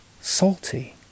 Salty